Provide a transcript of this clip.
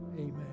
Amen